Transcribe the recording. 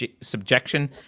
subjection